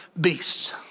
beasts